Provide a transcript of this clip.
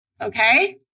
okay